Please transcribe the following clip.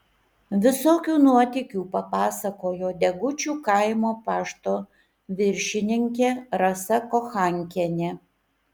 visokių nuotykių papasakojo degučių kaimo pašto viršininkė rasa kochankienė